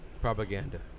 Propaganda